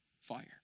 Fire